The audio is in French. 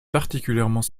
particulièrement